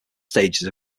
stages